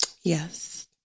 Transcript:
Yes